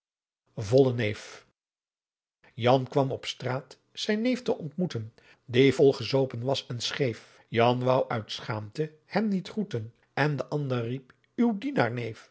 neef jan kwam op straat zijn neef t'ontmoeten die vol gezoopen was en scheef jan wou uit schaamte hem niet groeten en de ander riep uw